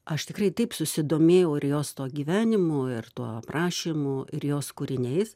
aš tikrai taip susidomėjau ir jos to gyvenimu ir tuo aprašymu ir jos kūriniais